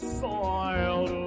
soiled